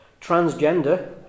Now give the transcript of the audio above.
transgender